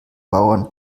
bauern